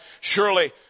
Surely